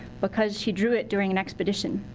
because she drew it during an expedition.